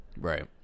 Right